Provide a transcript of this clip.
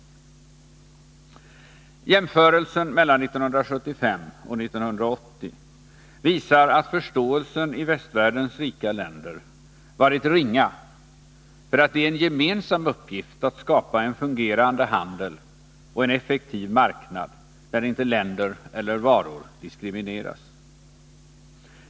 Jämförelsen mellan 1975 och 1980 visar att förståelsen i västvärldens rika länder var ringa för att det var en gemensam uppgift att skapa en fungerande handel och en effektiv marknad där inte länder eller varor diskriminerades.